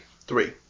three